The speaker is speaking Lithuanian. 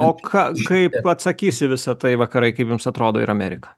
o ką kaip atsakys į visa tai vakarai kaip jums atrodo ir amerika